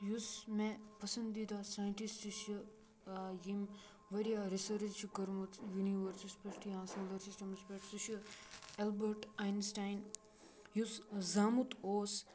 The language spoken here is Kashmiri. یُس مےٚ پَسنٛدیٖدہ ساینٹِسٹ چھُ یٔمۍ واریاہ رِسٔرٕچ چھُ کوٚرمُت یوٗنیٖؤرسَس پٮ۪ٹھ یا سولَر سِسٹَمَس پٮ۪ٹھ سُہ چھُ ایلبٲٹ ایٚنسٹاین یُس زامُت اوس